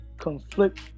conflict